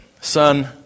Son